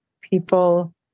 people